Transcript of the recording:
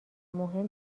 مهم